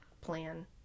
plan